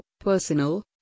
personal